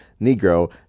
negro